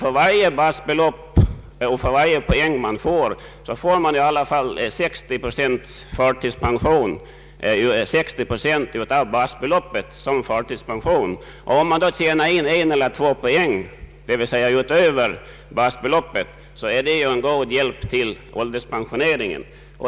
För varje poäng man kan få utgår det i alla fall 60 procent av basbeloppet som pension. Har man tjänat in en eller två poäng utöver basbeloppet utgör det en god hjälp till ålderspensioneringen.